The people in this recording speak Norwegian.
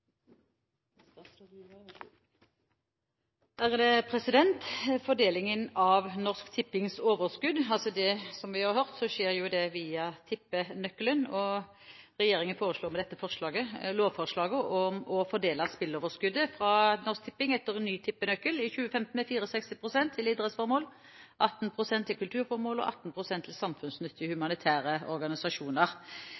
Fordelingen av Norsk Tippings overskudd skjer, som vi har hørt, via tippenøkkelen. Regjeringen foreslår med dette lovforslaget å fordele spilleoverskuddet fra Norsk Tipping etter ny tippenøkkel i 2015 med 64 pst. til idrettsformål, 18 pst. til kulturformål og 18 pst. til samfunnsnyttige